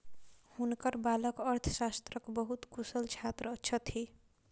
हुनकर बालक अर्थशास्त्रक बहुत कुशल छात्र छथि